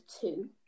two